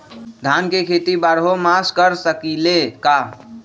धान के खेती बारहों मास कर सकीले का?